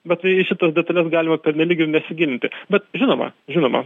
bet tai į šitas detales galima pernelyg ir nesigilinti bet žinoma žinoma